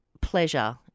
pleasure